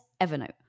Evernote